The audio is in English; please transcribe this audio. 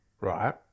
Right